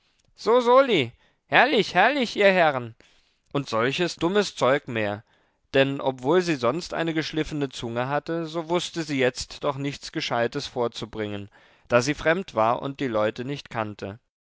so soli herrlich herrlich ihr herren und solches dummes zeug mehr denn obwohl sie sonst eine geschliffene zunge hatte so wußte sie jetzt doch nichts gescheites vorzubringen da sie fremd war und die leute nicht kannte